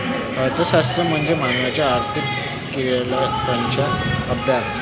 अर्थशास्त्र म्हणजे मानवाच्या आर्थिक क्रियाकलापांचा अभ्यास